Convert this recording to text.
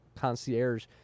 Concierge